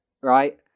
right